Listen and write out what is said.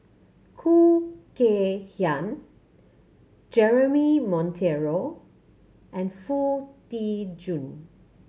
Khoo Kay Hian Jeremy Monteiro and Foo Tee Jun